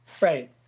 Right